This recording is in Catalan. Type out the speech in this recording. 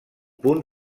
punt